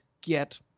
get